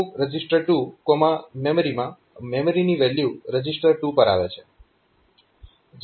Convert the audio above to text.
MOV reg2mem માં મેમરીની value register 2 પર આવે છે